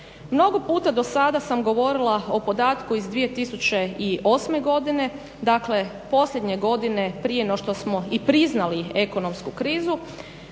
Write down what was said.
Mnogo puta do sada sam govorila o podatku iz 2008. godine. Dakle, posljednje godine prije no što smo i priznali ekonomsku krizu